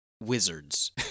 wizards